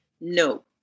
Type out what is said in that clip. no